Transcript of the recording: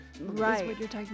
Right